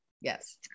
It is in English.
yes